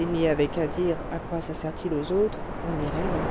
n'y avait qu'à dire à quoi ça sert-il aux autres on irait loin